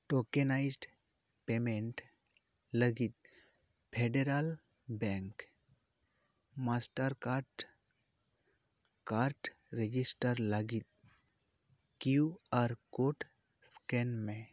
tokenised payment ᱞᱟᱹᱜᱤᱫ federal bank master card card register ᱞᱟᱹᱜᱤᱫ Q R code scan ᱢᱮ